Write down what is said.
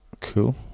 cool